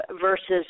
versus